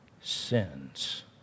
sins